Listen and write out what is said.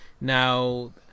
Now